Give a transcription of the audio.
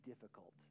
difficult